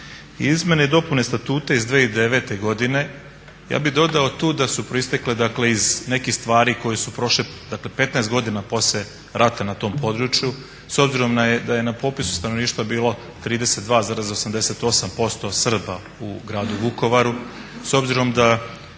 Izmjene i dopune statuta iz 2009. godine ja bih dodao tu da su proistekle dakle iz nekih stvari koje su prošle dakle 15 godina poslije rata na tom području s obzirom da je na popisu stanovništva bilo 32,88% Srba u Gradu Vukovaru, s obzirom da